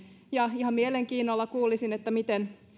ja ihan mielenkiinnolla kuulisin